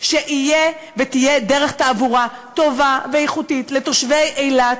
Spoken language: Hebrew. שתהיה דרך תעבורה טובה ואיכותית לתושבי אילת,